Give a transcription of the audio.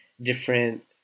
different